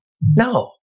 No